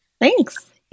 Thanks